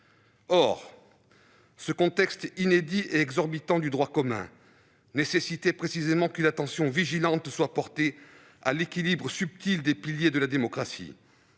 Or ce contexte inédit et exorbitant du droit commun nécessitait précisément qu'une attention vigilante soit portée à l'équilibre subtil des piliers de la démocratie,